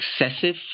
excessive